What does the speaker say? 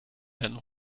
werden